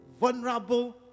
vulnerable